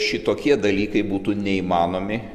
šitokie dalykai būtų neįmanomi